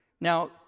Now